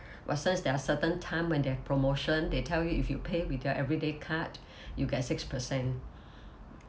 watsons there are certain time when they have promotion they tell you if you pay with their everyday card you get six percent